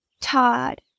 Todd